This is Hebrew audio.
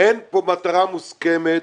אין פה מטרה מוסכמת,